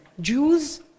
Jews